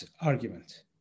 argument